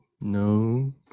no